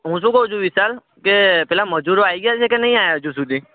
હુ શું કહું છું વિશાલ કે પેલા મજૂરો આવી ગયા છે કે નથી આવ્યા હજુ સુધી